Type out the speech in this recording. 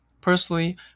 Personally